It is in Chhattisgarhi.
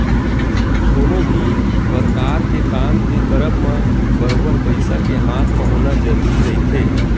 कोनो भी परकार के काम के करब म बरोबर पइसा के हाथ म होना जरुरी रहिथे